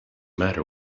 matter